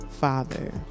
father